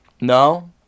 No